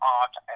art